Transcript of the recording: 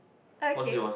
okay